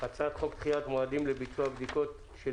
הצעת חוק דחיית מועדים לביצוע בדיקות של